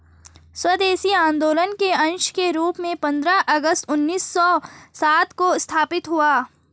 स्वदेशी आंदोलन के अंश के रूप में पंद्रह अगस्त उन्नीस सौ सात को स्थापित हुआ